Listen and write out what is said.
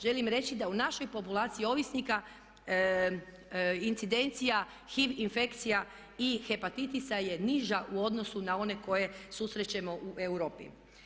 Želim reći da u našoj populaciji ovisnika incidencija HIV infekcija i hepatitisa je niža u odnosu na one koje susrećemo u Europi.